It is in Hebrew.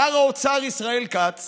שר האוצר ישראל כץ